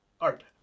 art